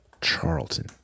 charlton